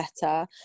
better